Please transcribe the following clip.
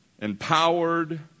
empowered